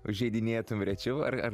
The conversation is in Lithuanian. užeidinėtum rečiau ar ar